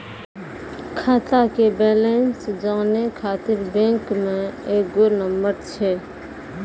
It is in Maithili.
खाता के बैलेंस जानै ख़ातिर बैंक मे एगो नंबर छै?